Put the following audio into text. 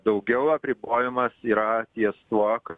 daugiau apribojimas yra ties tuo kad